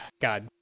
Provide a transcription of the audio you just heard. God